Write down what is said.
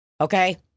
Okay